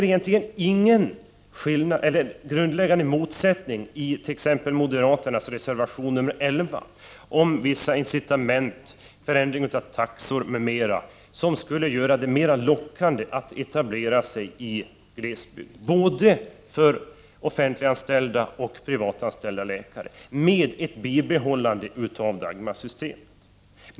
Egentligen ser jag ingen grundläggande motsättning mellan t.ex. moderaternas reservation 11 om vissa incitament, förändring av taxor m.m., som skulle göra det mera lockande att etablera sig i glesbygd — både för offentliganställda och privatanställda läkare — och ett bibehållande av Dagmarsystemet.